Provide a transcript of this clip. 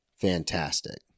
fantastic